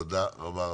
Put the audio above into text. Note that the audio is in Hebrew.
תודה רבה רבה.